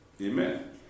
Amen